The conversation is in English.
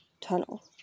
Tunnel